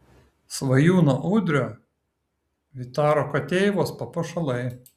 svajūno udrio vytaro kateivos papuošalai